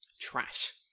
trash